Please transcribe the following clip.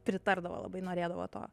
pritardavo labai norėdavo to